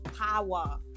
power